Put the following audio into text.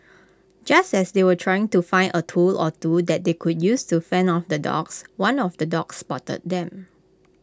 just as they were trying to find A tool or two that they could use to fend off the dogs one of the dogs spotted them